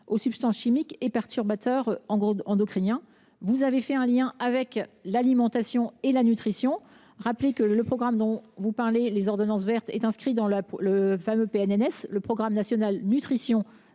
aux substances chimiques et aux perturbateurs endocriniens. Vous avez fait un lien avec l’alimentation et la nutrition. Je rappellerai que le programme dont vous parlez, à savoir les ordonnances vertes, est inscrit dans le programme national nutrition